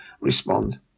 respond